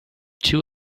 two